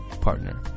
Partner